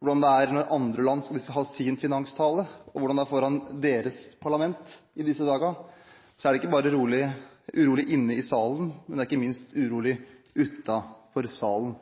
hvordan det er i andre land som har sin finanstale, og hvordan det er foran deres parlament i disse dagene, er det ikke bare urolig inne i salen, det er ikke minst urolig utenfor den.